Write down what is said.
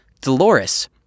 Dolores